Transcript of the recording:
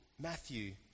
Matthew